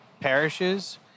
parishes